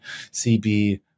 CB